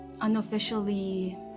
unofficially